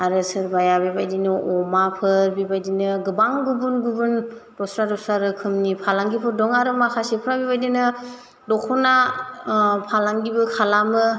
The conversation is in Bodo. आरो सोरबाया बेबायदिनो अमाफोर बेबायदिनो गोबां गुबुन गुबुन दस्रा दस्रा रोखोमनि फालांगिफोर दं आरो माखासेफ्रा बेबायदिनो दख'ना फालांगिबो खालामो